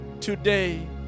today